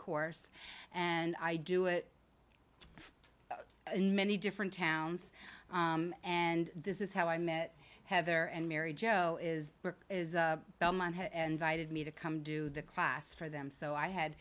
course and i do it in many different towns and this is how i met heather and mary jo is belmont invited me to come do the class for them so i had